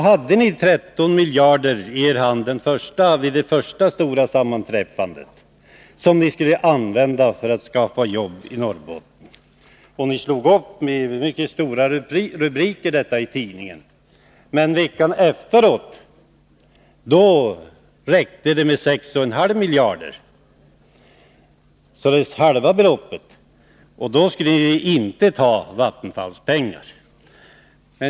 Vid det första sammanträffandet hade ni 13 miljarder i er hand som ni skulle använda för att skapa jobbi Norrbotten. Detta slog ni upp med mycket stora rubriker i tidningen. Men veckan efteråt räckte det med 6,5 miljarder, således halva beloppet. Och då skulle ni inte ta Vattenfalls pengar.